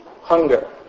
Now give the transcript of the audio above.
hunger